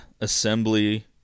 assembly